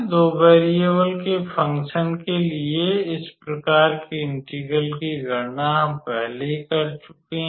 दो वैरियेबल के फंकशन के लिए इस प्रकार की इंटेग्रल गणना हम पहले ही कर चुके हैं